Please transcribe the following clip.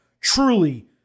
truly